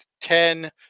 ten